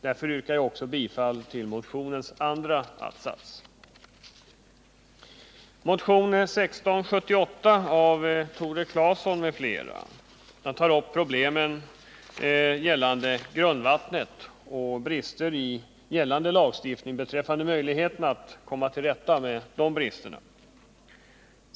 Jag yrkar därför bifall även till motionens andra att-sats.